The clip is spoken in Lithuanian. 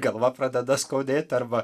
galva pradeda skaudėt arba